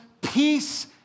Peace